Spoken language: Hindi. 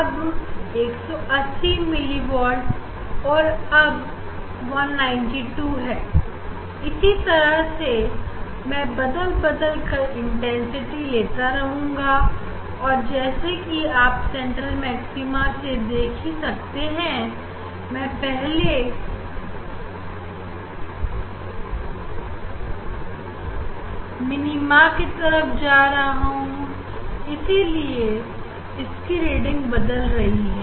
अब 180 मिली वोल्ट है और अब 192 है इसी तरह से मैं बदल बदल कर इंटेंसिटी लेता रहूंगा और जैसे कि आप सेंट्रल मैक्सिमा से देखी सकते हैं हम पहले मेरी मां की तरफ जा रहे हैं इसीलिए इसकी रीडिंग बदल रही है